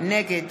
נגד